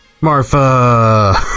Marfa